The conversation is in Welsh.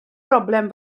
broblem